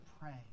pray